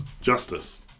Justice